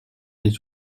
les